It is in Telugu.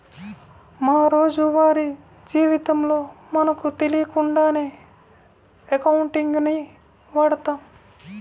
మా రోజువారీ జీవితంలో మనకు తెలియకుండానే అకౌంటింగ్ ని వాడతాం